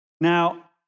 Now